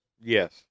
Yes